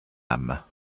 âmes